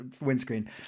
windscreen